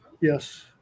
Yes